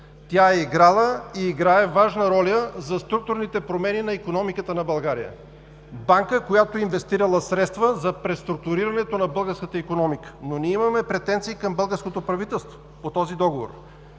Тя е играла и играе важна роля за структурните промени на икономиката на България. Банка, която е инвестирала средства за преструктурирането на българската икономика. Но ние имаме претенции към българското правителство по този Договор,